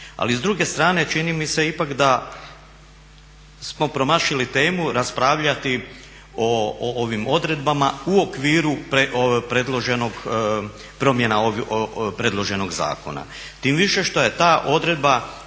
Ali s druge strane čini mi se ipak da smo promašili temu raspravljati o ovim odredbama u okviru predloženog, promjena predloženog zakona. Tim više što je ta odredba